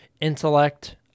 intellect